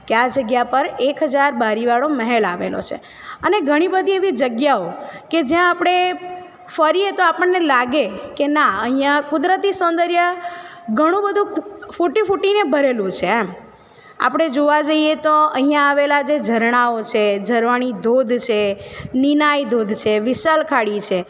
કે આ જગ્યા પર એક હજાર બારી વાળો મહેલ આવેલો છે અને ઘણી બધી એવી જગ્યાઓ કે જ્યાં આપણે ફરીએ તો આપણને લાગે કે ના અહિયાં કુદરતી સૌંદર્ય ઘણું બધું ફૂટી ફૂટીને ભરેલું છે એમ આપણે જોવા જઈએ તો અહીંયા આવેલા જે ઝરણાઓ છે ઝરવાની ધોધ છે નિનાઈ ધોધ છે વિશાળ ખાડી છે